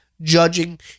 judging